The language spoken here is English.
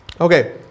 Okay